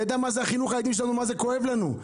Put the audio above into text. היא ידעה מה הוא חינוך הילדים שלנו ולמה זה כואב לנו,